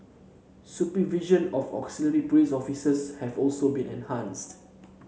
supervision of auxiliary police officers have also been enhanced